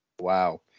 Wow